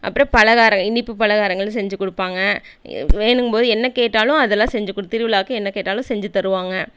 அப்புறம் பலகாரம் இனிப்பு பலகாரங்கள் செஞ்சிக் கொடுப்பாங்க வேணுங்கம்போது என்ன கேட்டாலும் அதெல்லாம் செஞ்சிக் கொடுத் திருவிழாவுக்கு என்ன கேட்டாலும் செஞ்சு தருவாங்க